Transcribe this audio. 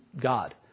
God